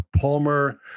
Palmer